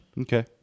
Okay